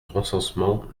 recensement